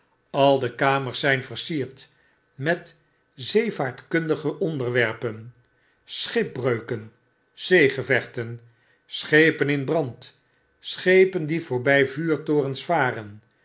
al de kamers ztin versierd met zeevaartkuntfige onderwerpen schipbreuken zeegevechten schepen in brand schepen die voorbij vuurtorens varen